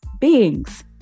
beings